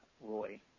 Roy